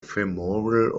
femoral